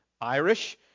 Irish